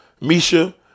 Misha